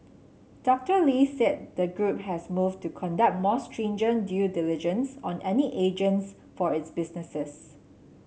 Doctor Lee said the group has moved to conduct more stringent due diligence on any agents for its businesses